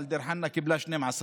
אבל דיר חנא קיבלה 12%;